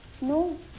No